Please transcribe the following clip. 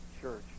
church